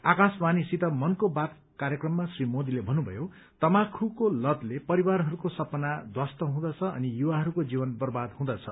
आकाशवाणीसित मनको बात कार्यक्रममा श्री मोदीले भन्नुभयो तमाखुको लतले परिवारहरूको सपना ध्वस्त हुँदछ अनि युवाहरूको जीवन बर्बाद हुँदछ